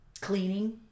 cleaning